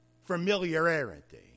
familiarity